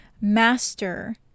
master